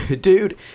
dude